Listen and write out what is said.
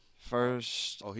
First